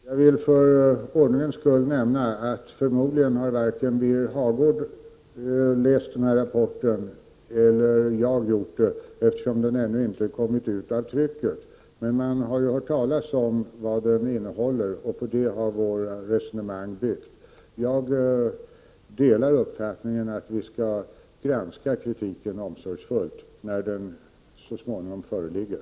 Herr talman! Jag vill för ordningens skull nämna, att förmodligen har varken Birger Hagård eller jag läst rapporten, eftersom den ännu inte kommit ut av trycket. Man har ju hört talas om vad den innehåller, och på det har vårt resonemang byggt. Jag delar uppfattningen att kritiken skall granskas omsorgsfullt när rapporten så småningom föreligger.